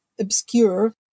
obscure